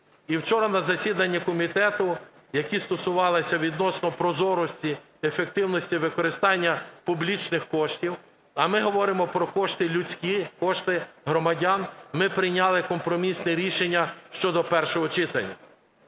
І вчора на засіданні комітету, який стосувався відносно прозорості, ефективності використання публічних коштів, а ми говоримо про кошти людські, кошти громадян, ми прийняли компромісне рішення щодо першого читання.